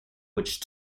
which